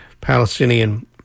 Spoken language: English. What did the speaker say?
Palestinian